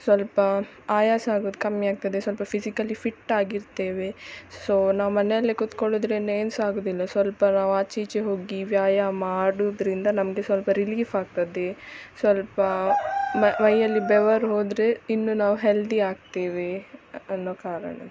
ಸ್ವಲ್ಪ ಆಯಾಸ ಆಗೋದು ಕಮ್ಮಿ ಆಗ್ತದೆ ಸ್ವಲ್ಪ ಫಿಸಿಕಲಿ ಫಿಟ್ಟಾಗಿರ್ತೇವೆ ಸೊ ನಾವು ಮನೆಯಲ್ಲೇ ಕುತ್ಕೊಳ್ಳುದ್ರಿಂದ ಏನು ಸಹ ಆಗುವುದಿಲ್ಲ ಸ್ವಲ್ಪ ನಾವು ಆಚೆ ಈಚೆ ಹೋಗಿ ವ್ಯಾಯಾಮ ಆಡುದರಿಂದ ನಮಗೆ ಸ್ವಲ್ಪ ರಿಲೀಫ್ ಆಗ್ತದೆ ಸ್ವಲ್ಪ ಮೈಯಲ್ಲಿ ಬೆವರು ಹೋದರೆ ಇನ್ನೂ ನಾವು ಹೆಲ್ದಿ ಆಗ್ತೇವೆ ಅನ್ನೋ ಕಾರಣ